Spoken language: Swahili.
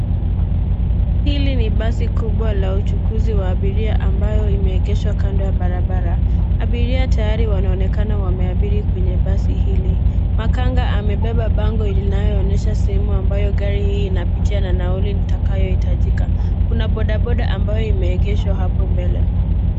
Hili ni basi kubwa la usafiri wa abiria ambalo limeegeshwa kando ya barabara. Abiria tayari wanaonekana wameabiri basi hili. Makanga amebeba bango linaloonyesha simu ambayo gari hili linapitia na nauli itakayotakiwa. Kuna bodaboda ambayo imeegeshwa hapo mbele.